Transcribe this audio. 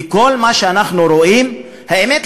וכל מה שאנחנו רואים האמת,